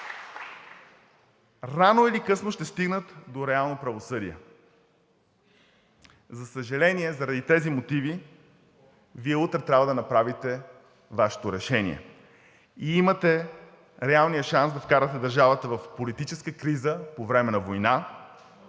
рано или късно ще стигнат до реално правосъдие. За съжаление, заради тези мотиви Вие утре трябва да направите Вашето решение и имате реалния шанс да вкарате държавата в политическа криза по време на война,